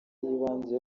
y’ibanze